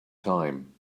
time